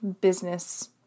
business